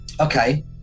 Okay